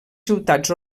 ciutats